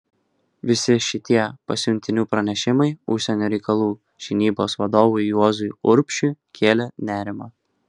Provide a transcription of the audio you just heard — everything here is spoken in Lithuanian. visi šitie pasiuntinių pranešimai užsienio reikalų žinybos vadovui juozui urbšiui kėlė nerimą